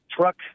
truck